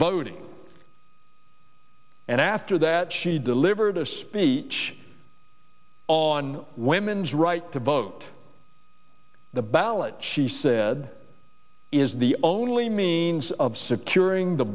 voting and after that she delivered a speech on women's right to vote the ballot she said is the only means of securing the